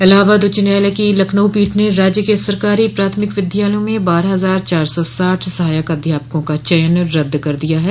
इलाहाबाद उच्च न्यायालय की लखनऊ पीठ ने राज्य के सरकारी प्राथमिक विद्यालयों में बारह हजार चार सौ साठ सहायक अध्यापकों का चयन रद्द कर दिया है